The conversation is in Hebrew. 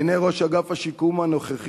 מעיני ראש אגף השיקום הנוכחי,